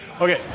Okay